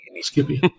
Skippy